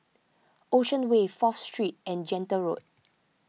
Ocean Way Fourth Street and Gentle Road